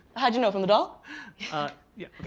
how'd you know, from the doll? ah yeah,